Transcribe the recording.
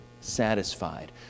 satisfied